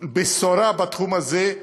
בשורה בתחום הזה.